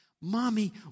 Mommy